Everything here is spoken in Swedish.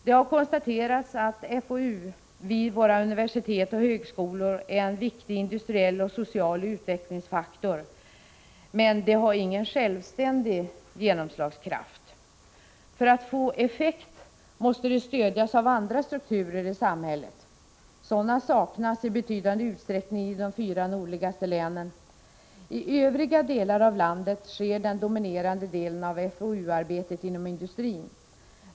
Det har konstaterats att FOU vid våra universitet och högskolor är en viktig industriell och social utvecklingsfaktor, men de har ingen självständig genomslagskraft. För att få effekt måste de stödjas av andra strukturer i samhället. Sådana saknas i betydande utsträckning i de fyra nordligaste länen. I övriga delar av landet sker den dominerande delen av FoU-arbetet inom industrin.